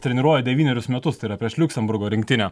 treniruoja devynerius metus tai yra prieš liuksemburgo rinktinę